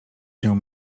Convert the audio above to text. się